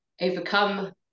overcome